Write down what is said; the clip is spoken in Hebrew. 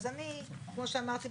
אז כמו שאמרתי,